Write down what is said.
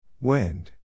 Wind